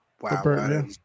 Wow